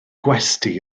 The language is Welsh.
gwesty